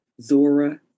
Zora